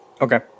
Okay